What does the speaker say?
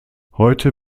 heute